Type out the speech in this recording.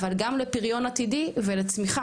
אבל גם לפריון עתידי ולצמיחה,